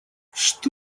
что